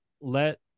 let